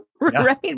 Right